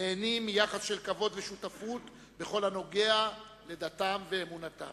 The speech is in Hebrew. נהנים מיחס של כבוד ושותפות בכל הנוגע לדתם ואמונתם.